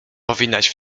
powinnaś